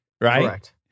Right